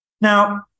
Now